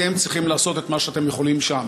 אתם צריכים לעשות את מה שאתם יכולים לעשות שם.